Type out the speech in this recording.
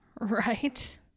Right